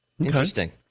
Interesting